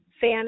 fan